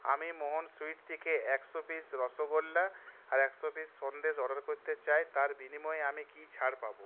আমি মোহন সুইট থেকে একশো পিস রসগোল্লা আর একশো পিস সন্দেশ অর্ডার করতে চাই তার বিনিময়ে আমি কী ছাড় পাবো